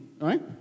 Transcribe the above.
right